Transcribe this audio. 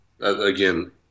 Again